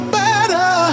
better